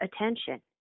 attention